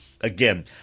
Again